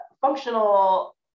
functional